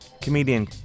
comedian